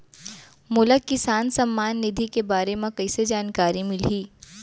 मोला किसान सम्मान निधि के बारे म कइसे जानकारी मिलही?